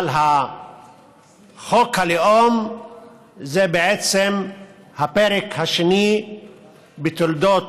אבל חוק הלאום זה בעצם הפרק השני בתולדות